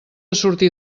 sortir